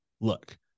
look